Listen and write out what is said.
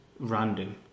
Random